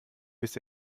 bis